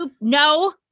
No